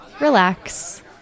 relax